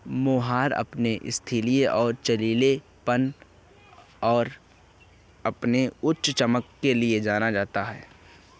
mohair अपने स्थायित्व और लचीलेपन और अपनी उच्च चमक के लिए जाना जाता है